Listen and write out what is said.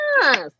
yes